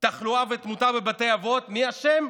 תחלואה ותמותה בבתי אבות, מי אשם?